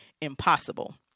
impossible